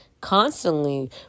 constantly